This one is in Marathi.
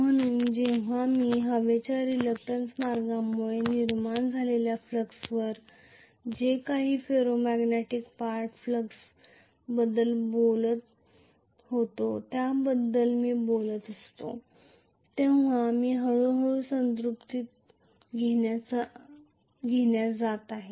म्हणून जेव्हा मी हवेच्या रिलक्टंन्स मार्गामुळे निर्माण झालेल्या फ्लक्सवर जे काही फेरोमॅग्नेटिक पार्ट फ्लक्स बद्दल बोलतो त्याबद्दल मी बोलत असतो तेव्हा मी हळूहळू संतृप्ति घेण्यास जात आहे